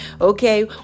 okay